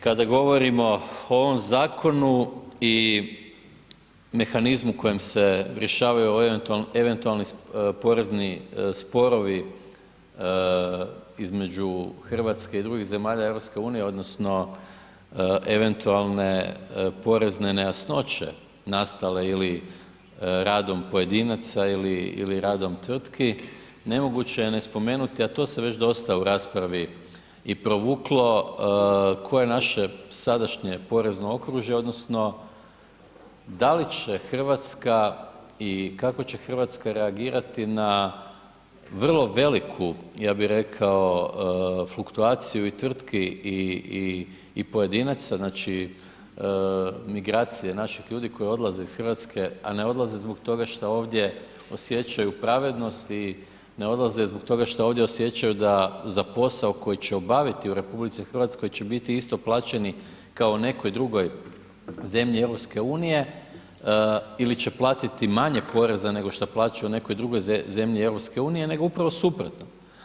Kada govorimo o ovom zakonu i mehanizmu kojim se rješavaju ovi eventualni porezni sporovi između Hrvatske i drugih zemalja EU odnosno eventualne porezne nejasnoće nastale ili radom pojedinaca ili radom tvrtki, nemoguće je ne spomenuti, a to se već dosta u raspravi i provuklo, koje je naše sadašnje porezno okružje odnosno da li će Hrvatska i kako će Hrvatska reagirati na vrlo veliku ja bih rekao fluktuaciju i tvrtki i pojedinaca, znači migracije naših ljudi koji odlaze iz Hrvatske, a ne odlaze zbog toga što ovdje osjećaju pravednost i ne odlaze zbog toga što ovdje osjećaju da za posao koji će obaviti u RH će biti isto plaćeni kao u nekoj drugoj zemlji EU ili će platiti manje poreza nego što plaćaju u nekoj drugoj zemlji EU, nego upravo suprotno.